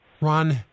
Ron